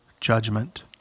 judgment